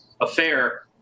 affair